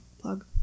plug